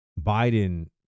biden